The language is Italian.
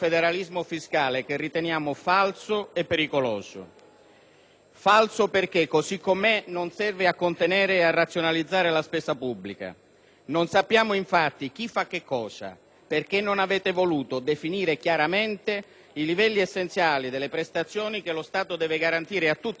Falso, perché così com'è non serve a contenere e a razionalizzare la spesa pubblica; non sappiamo infatti chi fa che cosa, perché non avete voluto definire chiaramente i livelli essenziali delle prestazioni che lo Stato deve garantire a tutti i cittadini italiani, né le funzioni fondamentali degli enti locali.